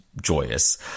joyous